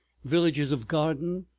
villages of garden,